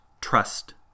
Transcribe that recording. trust